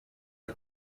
the